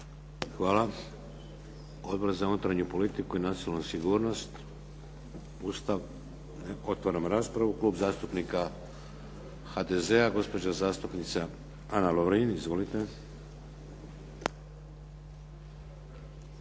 Hvala. Odbor za unutarnju politiku i nacionalnu sigurnost? Ustav? Otvaram raspravu. Klub zastupnika HDZ-a gospođa zastupnica Ana Lovrin. Izvolite.